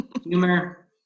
humor